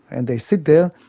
and they sit there,